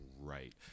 right